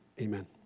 amen